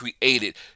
created